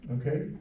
Okay